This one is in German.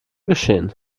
geschehen